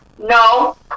No